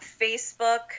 Facebook